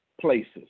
places